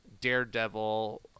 Daredevil